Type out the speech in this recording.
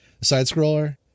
side-scroller